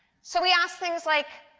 so we asked things like,